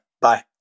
Bye